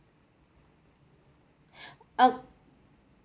uh